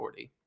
40